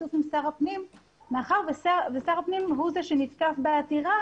בשיתוף עם שר הפנים מאחר ששר הפנים הוא זה שנתקף בעתירה